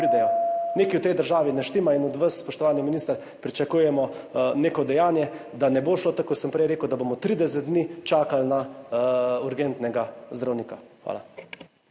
Nekaj v tej državi ne štima in od vas, spoštovani minister, pričakujemo neko dejanje, da ne bo šlo tako, kot sem prej rekel, da bomo 30 dni čakali na urgentnega zdravnika. Hvala.